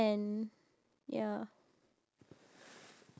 what do you think is the perfect gift for your dad